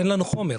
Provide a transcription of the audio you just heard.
אין לנו חומר.